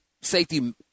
safety